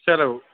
సెలవు